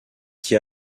qui